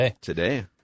today